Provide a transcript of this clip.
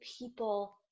people